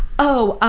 oh,